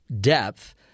depth